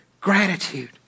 gratitude